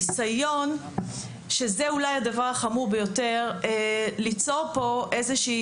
ניסיון שזה אולי הדבר החמור ביותר ליצור פה איזושהי,